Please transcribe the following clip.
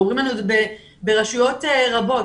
ואומרים לנו את זה ברשויות רבות,